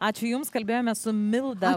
ačiū jums kalbėjomės su milda